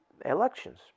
Elections